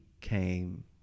came